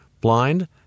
blind